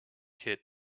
kit